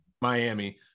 miami